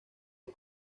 del